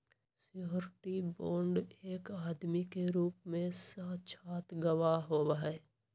surety bond एक आदमी के रूप में साक्षात गवाह होबा हई